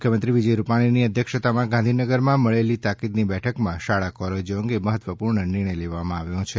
મુખ્યમંત્રી વિજય રૂપાણીની અધ્યક્ષતામાં ગાંધીનગરમાં મળેલી તાકીદની બેઠકમાં શાળા કોલેજો અંગે મહત્વપૂર્ણ નિર્ણય લેવાયા છે